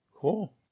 Cool